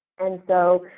and so,